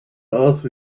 earth